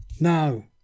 No